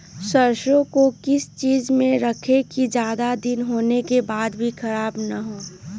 सरसो को किस चीज में रखे की ज्यादा दिन होने के बाद भी ख़राब ना हो?